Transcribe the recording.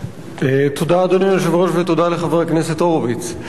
תודה, אדוני היושב-ראש, ותודה לחבר הכנסת הורוביץ.